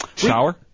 shower